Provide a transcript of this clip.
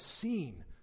seen